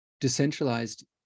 decentralized